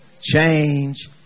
Change